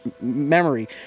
memory